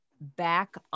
back